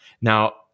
Now